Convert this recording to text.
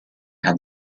had